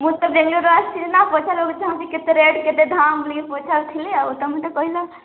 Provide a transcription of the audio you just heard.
ମୁଁ ତ ବାଙ୍ଗାଲୋର୍ରୁ ଆସଛି ନା ପଚାରିବାକୁ ଚାହୁଁଛି କେତେ ରେଟ୍ କେତେ ଧାମ୍ ବୋଲି ପଚାରୁଥିଲି ଆଉ ତୁମେ ତ କହିଲ